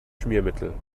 schmiermittel